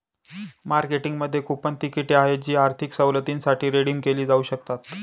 मार्केटिंगमध्ये कूपन तिकिटे आहेत जी आर्थिक सवलतींसाठी रिडीम केली जाऊ शकतात